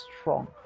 strong